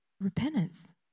Repentance